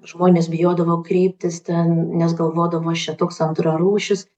žmonės bijodavo kreiptis ten nes galvodavo aš čia toks antrarūšis